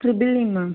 triple E ma'am